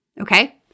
okay